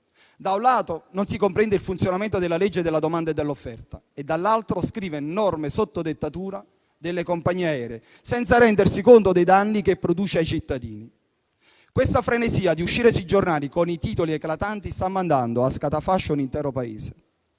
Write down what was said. Da un lato, non si comprende il funzionamento della legge della domanda e dell'offerta e, dall'altro, si scrivono norme sotto dettatura delle compagnie aeree, senza rendersi conto dei danni che si producono ai cittadini. Questa frenesia di uscire sui giornali con i titoli eclatanti sta mandando a scatafascio un intero Paese.